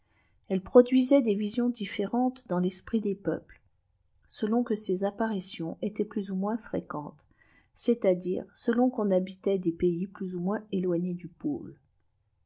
elle produisait des visions différentes dans l'esprit des peuples selon que ces apparitions étaient plus ou moins fréquentes c'est-à-dire selon qu'on habitait des pays plus ou moins éloignés du pôle